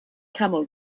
camel